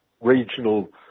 regional